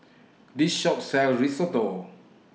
This Shop sells Risotto